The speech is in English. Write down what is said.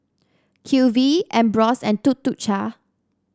Q V Ambros and Tuk Tuk Cha